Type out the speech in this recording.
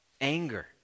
anger